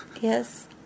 Yes